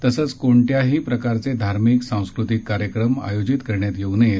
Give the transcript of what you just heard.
तसेच कोणत्याही प्रकारचे धार्मिक सांस्कृतिक कार्यक्रम आयोजित करण्यात येऊ नयेत